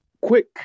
Quick